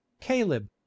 caleb